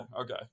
Okay